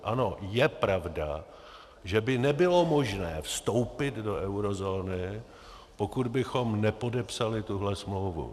Ano, je pravda, že by nebylo možné vstoupit do eurozóny, pokud bychom nepodepsali tuhle smlouvu.